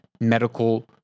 medical